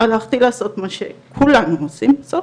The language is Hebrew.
הלכתי לעשות את מה שכולנו עושים בסוף,